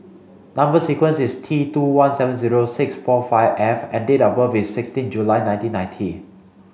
number sequence is T two one seven zero six four five F and date of birth is sixteen July nineteen ninety